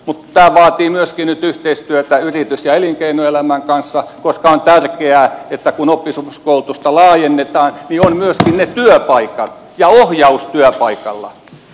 mutta tämä vaatii myöskin nyt yhteistyötä yritys ja elinkeinoelämän kanssa koska on tärkeää että kun oppisopimuskoulutusta laajennetaan niin ovat myöskin ne työpaikat ja ohjaus työpaikalla